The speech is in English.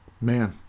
Man